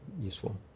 useful